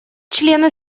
члены